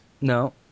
No